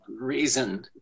reason